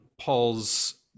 Paul's